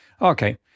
Okay